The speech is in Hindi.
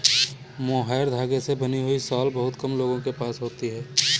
मोहैर धागे से बनी हुई शॉल बहुत कम लोगों के पास होती है